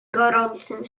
gorącym